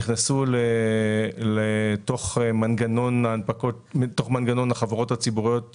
נכנסו לתוך מנגנון החברות הציבוריות בבורסה.